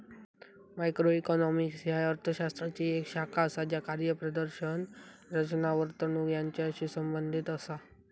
macroeconomics ह्या अर्थ शास्त्राची येक शाखा असा ज्या कार्यप्रदर्शन, रचना, वर्तणूक यांचाशी संबंधित असा